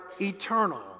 eternal